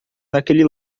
naquele